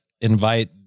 invite